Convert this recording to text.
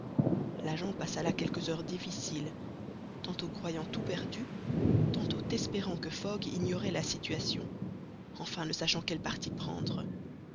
l'agent passa là quelques heures difficiles tantôt croyant tout perdu tantôt espérant que fogg ignorait la situation enfin ne sachant quel parti prendre